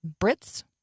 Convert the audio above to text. Brits